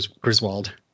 Griswold